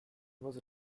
was